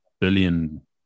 billion